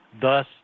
thus